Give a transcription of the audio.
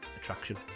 attraction